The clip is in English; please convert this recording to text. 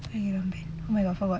who they ban who I forgot